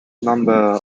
number